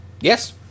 Yes